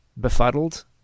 befuddled